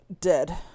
Dead